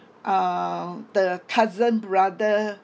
uh the cousin brother